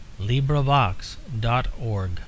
LibriVox.org